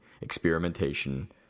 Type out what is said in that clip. experimentation